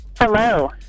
Hello